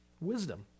Wisdom